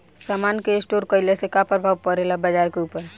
समान के स्टोर काइला से का प्रभाव परे ला बाजार के ऊपर?